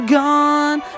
gone